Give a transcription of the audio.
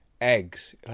Eggs